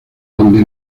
donde